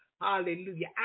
Hallelujah